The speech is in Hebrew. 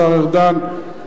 השר ארדן,